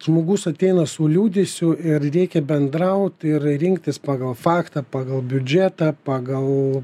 žmogus ateina su liūdesiu ir reikia bendraut ir rinktis pagal faktą pagal biudžetą pagal